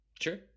Sure